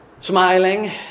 smiling